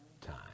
time